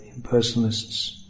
impersonalists